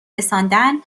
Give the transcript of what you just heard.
رساندن